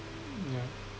yeah